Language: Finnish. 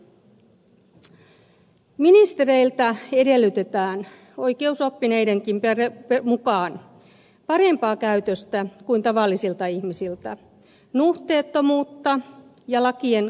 ministereiltä edellytetään oikeusoppineidenkin mukaan parempaa käytöstä kuin tavallisilta ihmisiltä nuhteettomuutta ja lakien kunnioittamista